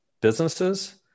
businesses